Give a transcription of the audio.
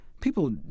People